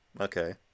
okay